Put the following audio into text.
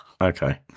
okay